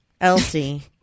Elsie